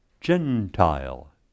Gentile